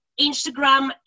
Instagram